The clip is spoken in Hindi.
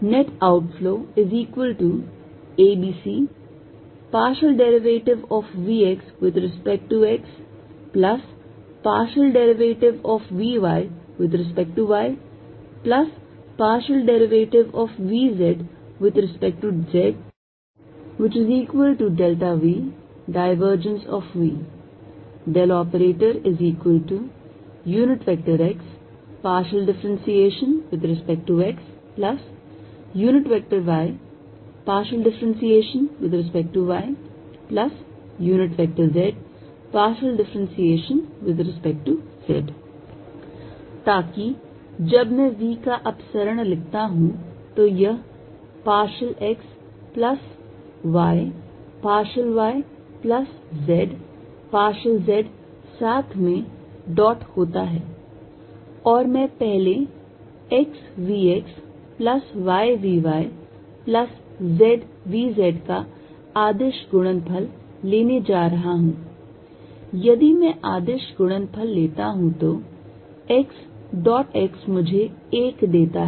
Net outflowabcvx∂xvy∂yvz∂zVv x∂xy∂yz∂z ताकि जब मैं v का अपसरण लिखता हूं तो यह partial x plus y partial y plus z partial z साथ में डाट होता है और मैं पहले x v x plus y v y plus z v z का अदिश गुणनफल लेने जा रहा हूं यदि मैं अदिश गुणनफल लेता हूं तो x dot x मुझे 1 देता है